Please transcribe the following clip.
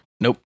Nope